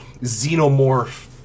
Xenomorph